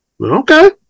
Okay